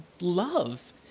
love